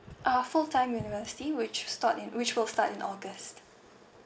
uh full time university which will start in~ which will start in august